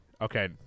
Okay